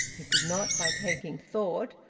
he could not, by taking thought,